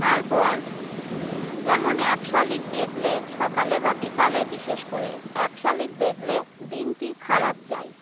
তারপর যেমন এক শালিক দেখলে সকালে বা বিকালে বিশেষ করে এক শালিক দেখলে দিনটি খারাপ যায়